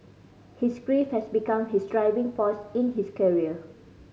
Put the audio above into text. his grief has become his driving force in his career